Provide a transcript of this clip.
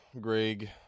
Greg